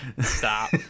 stop